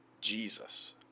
Jesus